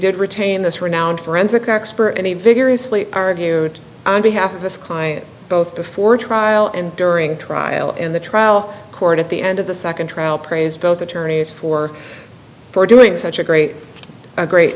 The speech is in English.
did retain this renowned forensic expert any vigorously argued on behalf of his client both before trial and during trial and the trial court at the end of the second trial praised both attorneys for for doing such a great great